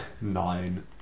Nine